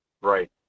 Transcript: Right